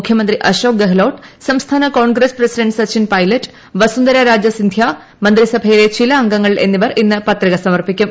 മുഖ്യമന്ത്രി അശോക് ഗെഹ്ലോട്ട് സംസ്ഥാന കോൺഗ്രസ് പ്രസിഡന്റ് സച്ചിൻ പൈലറ്റ് വസുന്ധര രാജ സിന്ധ്യ മന്ത്രിസഭയിലെ ചില അംഗങ്ങൾ എന്നിവർ ഇന്ന് പത്രിക സമർപ്പിക്കും